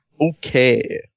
Okay